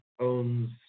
owns